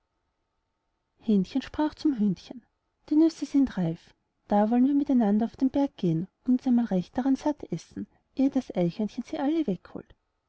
hähnchen sprach zum hühnchen die nüsse sind reif da wollen wir mit einander auf den berg gehen und uns einmal recht satt daran essen eh sie das eichhorn alle wegholt